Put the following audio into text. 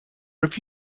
have